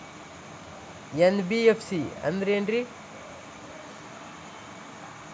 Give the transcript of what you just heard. NBFC ಅಂದ್ರೇನು?